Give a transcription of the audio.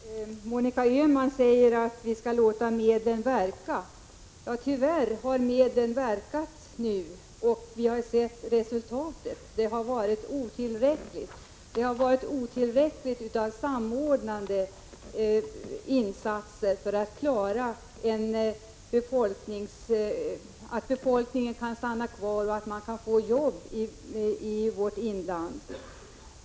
Herr talman! Monica Öhman säger att vi skall låta medlen verka. Ja, tyvärr har medlen verkat länge nu. Vi har sett resultaten, och de är otillräckliga. Det har varit otillräckligt av samordnande insatser för att se till att befolkningen kan stanna kvar och få jobb i inlandet.